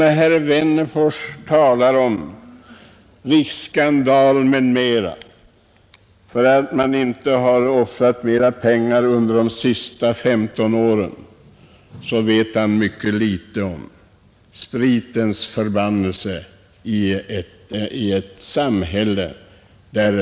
Att herr Wennerfors talar om att det skulle vara en skandal att man inte anslagit mera pengar på detta område under de senaste 15 åren visar att han vet mycket litet om spritens förbannelse i vårt samhälle.